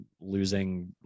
losing